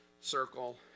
circle